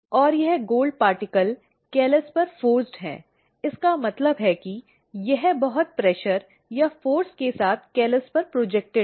और यह सोने का कण कैलस पर फ़ॉर्स्ट है इसका मतलब है कि यह बहुत दबाव या बल के साथ कैलस पर प्रोजॅक्टेड् है